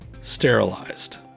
sterilized